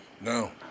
No